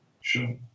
Sure